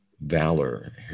valor